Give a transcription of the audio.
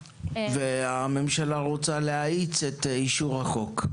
והממשלה רוצה להאיץ את אישור החוק.